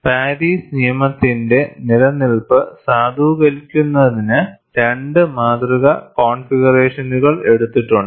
Paris നിയമത്തിന്റെ നിലനിൽപ്പ് സാധൂകരിക്കുന്നതിന് രണ്ട് മാതൃക കോൺഫിഗറേഷനുകൾ എടുത്തിട്ടുണ്ട്